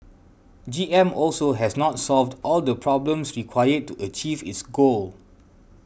G M also has not solved all the problems required to achieve its goal